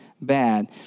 bad